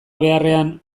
beharrean